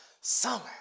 summer